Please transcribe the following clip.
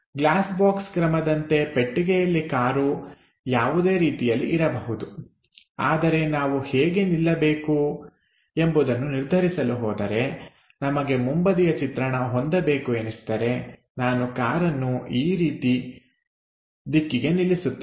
glass box ಕ್ರಮದಂತೆ ಪೆಟ್ಟಿಗೆಯಲ್ಲಿ car ಯಾವುದೇ ರೀತಿಯಲ್ಲಿ ಇರಬಹುದು ಆದರೆ ನಾವು ಹೇಗೆ ನಿಲ್ಲಬೇಕು ಎಂಬುದನ್ನು ನಿರ್ಧರಿಸಲು ಹೋದರೆ ನಮಗೆ ಮುಂಬದಿಯ ಚಿತ್ರಣ ಹೊಂದಬೇಕು ಎನಿಸಿದರೆ ನಾನು ಕಾರನ್ನು ಈ ರೀತಿ ಈ ದಿಕ್ಕಿಗೆ ನಿಲ್ಲಿಸುತ್ತೇನೆ